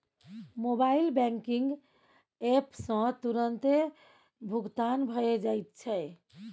mobile banking app सँ तुरतें भुगतान भए जाइत छै